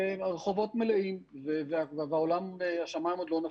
והרחובות מלאים והשמיים עוד לא נפלו.